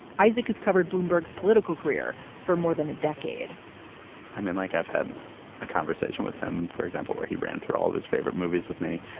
isaac has covered bloomberg's political career for more than a decade i mean, like, i've had a conversation with him, for example, where he ran through all of his favorite movies with me.